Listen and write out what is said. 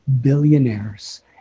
billionaires